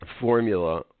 formula